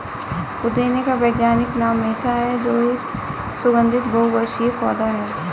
पुदीने का वैज्ञानिक नाम मेंथा है जो एक सुगन्धित बहुवर्षीय पौधा है